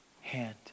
hand